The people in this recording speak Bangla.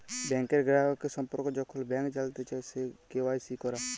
ব্যাংকের গ্রাহকের সম্পর্কে যখল ব্যাংক জালতে চায়, সে কে.ওয়াই.সি ক্যরা